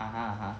(uh huh)